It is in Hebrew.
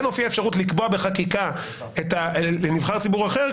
האפשרות לקבוע בחקיקה לנבחר ציבור אחר,